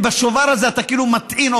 ובשובר הזה אתה כאילו מטעין,